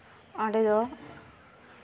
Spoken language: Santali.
ᱚᱸᱰᱮ ᱫᱚ